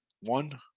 One